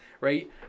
right